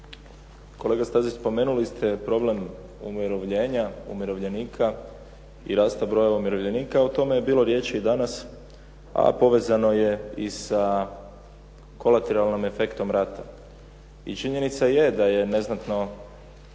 kolega Stazić spomenuli ste problem umirovljenja, umirovljenika i rasta broja umirovljenika. O tome je bilo riječi i danas a povezano je i sa kolateralnim efektom rata i činjenica je da je neznatno